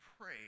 pray